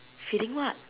feeding what